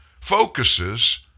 focuses